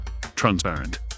transparent